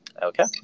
Okay